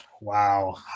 Wow